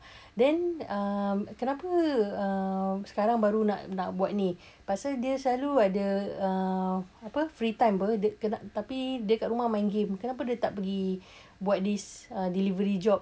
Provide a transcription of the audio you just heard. then um kenapa uh sekarang baru nak buat ni pasal dia selalu ada uh apa free time apa dia tapi dia kat rumah main game kenapa dia tak pergi buat this delivery job